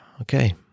okay